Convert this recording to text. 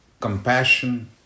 compassion